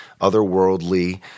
otherworldly